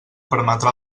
permetrà